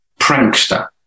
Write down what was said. prankster